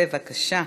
בבקשה.